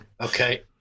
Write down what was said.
Okay